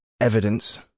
evidence